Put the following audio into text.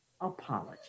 apology